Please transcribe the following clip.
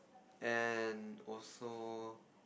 and also